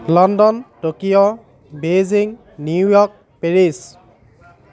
London Tokyo Beijing New York Paris